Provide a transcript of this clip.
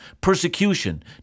persecution